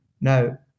Now